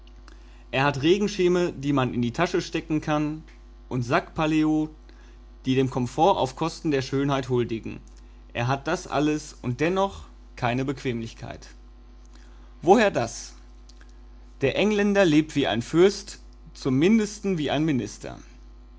er hat regenschirme die man in die tasche stecken kann und sackpaletots die dem komfort auf kosten der schönheit huldigen er hat das alles und dennoch keine bequemlichkeit woher das der engländer lebt wie ein fürst zum mindesten wie ein minister